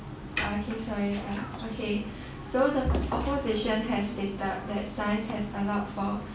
okay sorry the opposition has stated that science has allowed for